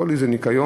פוליש זה ניקיון,